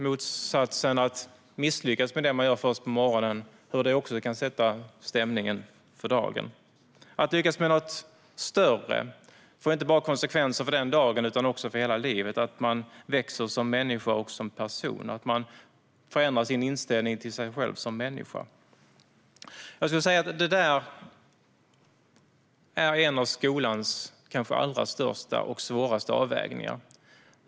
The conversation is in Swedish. Motsatsen, att misslyckas med det man gör först på morgonen, kan också sätta stämningen för dagen. Att lyckas med något större får inte bara konsekvenser för den dagen utan för hela livet. Man växer som människa och som person. Man förändrar sin inställning till sig själv som människa. Det här är en av skolans kanske allra största och svåraste avvägningar.